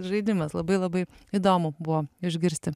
žaidimas labai labai įdomu buvo išgirsti